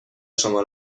شما